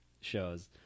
shows